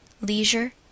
leisure